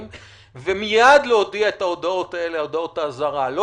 ומיד להודיע את הודעות האזהרה האלה,